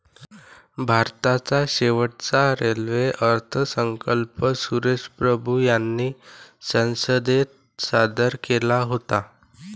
भारताचा शेवटचा रेल्वे अर्थसंकल्प सुरेश प्रभू यांनी संसदेत सादर केला होता